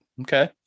Okay